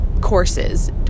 courses